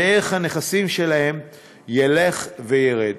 וערך הנכסים שלהם ילך וירד.